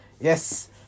Yes